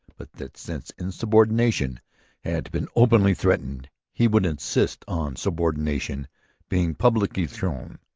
but that, since insubordination had been openly threatened, he would insist on subordination being publicly shown.